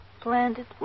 Planted